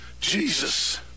Jesus